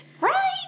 Right